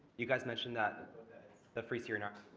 you guys mentioned that the free syrian army